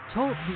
Talk